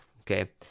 Okay